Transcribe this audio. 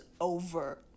over